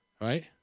Right